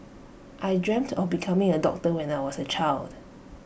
I dreamt of becoming A doctor when I was A child